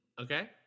Okay